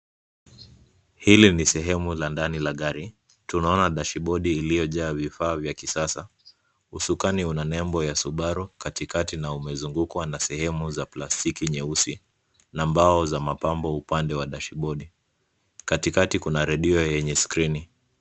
Hili ni sehemu la ndani la gari. Tunaona dashibodi iliyojaa vifaa vya kisasa. Usukani una nembo ya Subaru katikati na umezungukwa na sehemu za plastiki nyeusi na mbao za mapambo upande wa dashibodi. Katikati kuna radio yenye skrini.